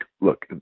look